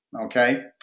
okay